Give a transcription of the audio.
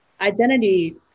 identity